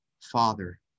Father